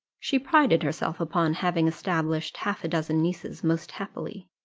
she prided herself upon having established half a dozen nieces most happily,